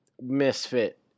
misfit